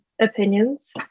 opinions